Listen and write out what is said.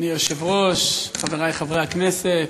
אדוני היושב-ראש, חברי חברי הכנסת,